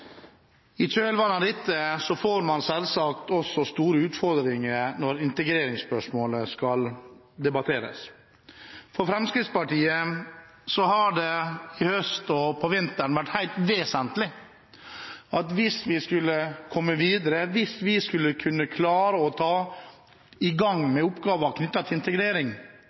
I kjølvannet av dette får man selvsagt også store utfordringer når integreringsspørsmålet skal debatteres. For Fremskrittspartiet har det i høst og i vinter vært helt vesentlig at hvis vi skulle komme oss videre og klare å komme i gang med oppgaver knyttet til integrering,